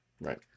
Right